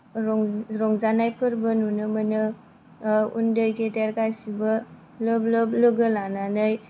रंजा रंजानाय फोरबो नुनो मोनो उन्दै गेदेर गासिबो लोब लोब लोगो लानानै